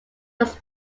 was